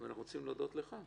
אנחנו רוצים להודות לך,